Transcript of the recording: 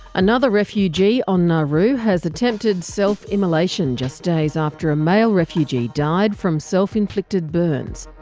another refugee on nauru has attempted self-immolation just days after a male refugee died from self-inflicted burns.